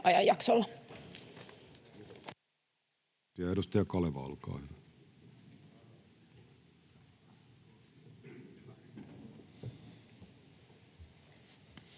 ajanjaksolla.